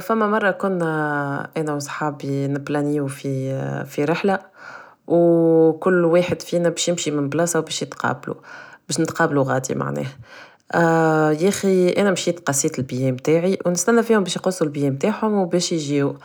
فما مرة كنا انا و صحابي نبلانيو في رحلة و كل واحد فينا باش يمشي من بلاصة و باش نتقابلو بش نتقابلو غادي معناه يخي انا مشيت قصيت البيام متاعي و نستنا باش يقصو البيام متاعهم و باش يجيو